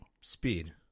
speed